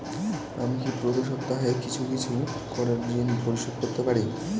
আমি কি প্রতি সপ্তাহে কিছু কিছু করে ঋন পরিশোধ করতে পারি?